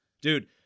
Dude